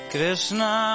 Krishna